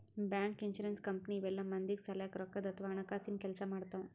bank, insurance company ಇವೆಲ್ಲ ಮಂದಿಗ್ ಸಲ್ಯಾಕ್ ರೊಕ್ಕದ್ ಅಥವಾ ಹಣಕಾಸಿನ್ ಕೆಲ್ಸ್ ಮಾಡ್ತವ್